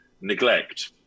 neglect